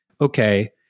okay